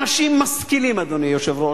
אנשים משכילים, אדוני היושב-ראש,